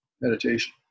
meditation